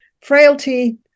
frailty